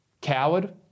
Coward